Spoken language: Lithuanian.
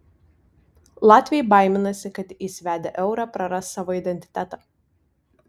latviai baiminasi kad įsivedę eurą praras savo identitetą